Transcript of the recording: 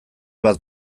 bat